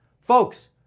Folks